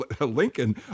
Lincoln